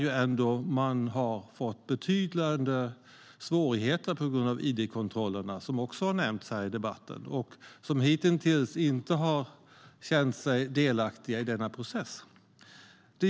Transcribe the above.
Där har man fått betydande svårigheter på grund av id-kontrollerna, vilket också har nämnts här i debatten. Hitintills har de inte känt sig delaktiga i denna process.